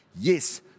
Yes